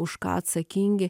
už ką atsakingi